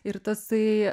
ir tasai